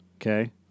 Okay